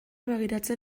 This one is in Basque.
begiratzen